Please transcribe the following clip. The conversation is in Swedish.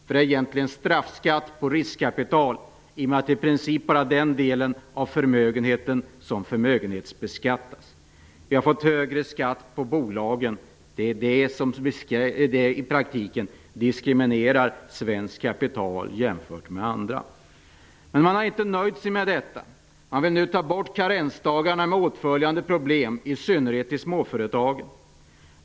Det är ju egentligen en straffskatt på riskkapital i och med att det i princip bara är den delen av förmögenheten som beskattas så. Vi har fått högre skatt på bolagen. Det är det som i praktiken diskriminerar svenskt kapital jämfört med annat kapital. Men man har inte nöjt sig med detta. Man vill nu ta bort karensdagarna, med åtföljande problem i synnerhet i småföretagen.